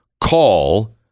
call